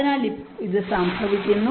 അതിനാൽ ഇത് സംഭവിക്കുന്നു